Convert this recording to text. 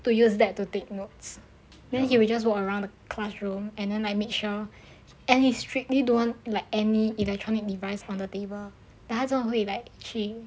to use that to take notes then he will just walk around the classroom and then like made sure and he strictly don't like any electronic device on the table 他真的会去